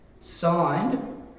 signed